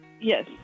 Yes